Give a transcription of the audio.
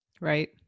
Right